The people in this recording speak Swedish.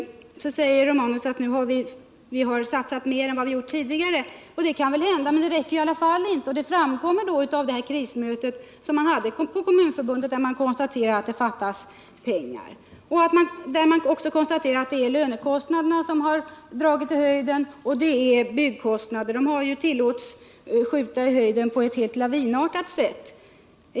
Gabriel Romanus säger att vi nu har satsat mer än vi gjort tidigare. Det kan väl hända att det är så, men det räcker ju i alla fall inte. Också på krismötet i Kommunförbundet framkom att det fattades pengar, och man konstaterade därvid att det är lönekostnaderna och byggkostnaderna som rusat i höjden. Dessa kostnader har ju tillåtits skjuta i höjden med lavinartad hastighet.